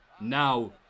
now